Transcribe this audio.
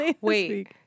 Wait